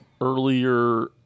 earlier